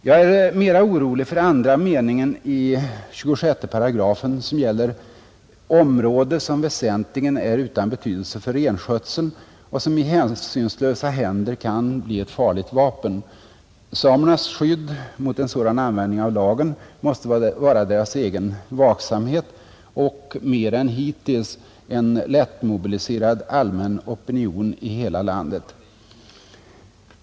Jag är mera orolig för andra meningen i 26 §, som gäller ”område som väsentligen är utan betydelse för renskötseln” och som i hänsynslösa händer kan bli ett farligt vapen. Samernas skydd mot en sådan användning av lagen måste vara deras egen vaksamhet och, mer än hittills, en lättmobiliserad allmän opinion i hela landet.